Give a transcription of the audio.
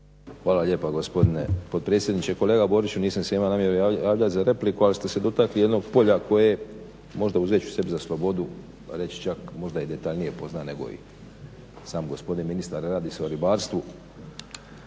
Hvala lijepa gospodine potpredsjedniče. Kolega Boriću, nisam se imao namjeru javljati za repliku, ali ste se dotakli jednog polja koje je možda uzet ću sebi za slobodu reći čak možda i detaljnije poznam nego i sam gospodin ministar. Radi se o ribarstvu.